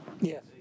Yes